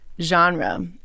genre